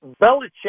Belichick